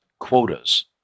quotas